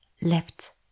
left